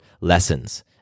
lessons